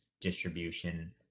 distribution